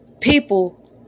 people